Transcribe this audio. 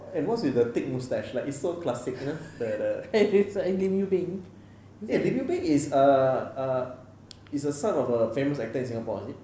and what's with the thick moustache like it's so classical eh the the lim yu beng is a is a son of a famous actor in singapore is it